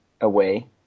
away